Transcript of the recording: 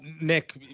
Nick